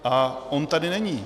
A on tady není.